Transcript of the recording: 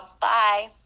Bye